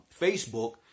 Facebook